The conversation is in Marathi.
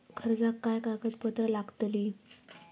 कर्जाक काय कागदपत्र लागतली?